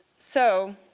so